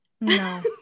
No